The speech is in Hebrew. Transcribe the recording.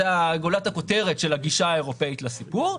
שהוא גולת הכותרת של הגישה האירופאית לסיפור,